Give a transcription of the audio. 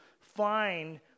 find